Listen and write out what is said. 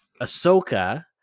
Ahsoka